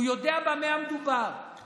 הוא יודע במה מדובר,